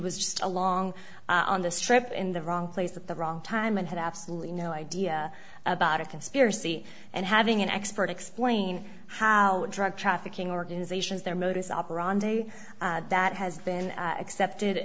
just along on the strip in the wrong place at the wrong time and had absolutely no idea about a conspiracy and having an expert explain how drug trafficking organizations their modus operandi that has been accepted